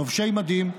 לובשי מדים,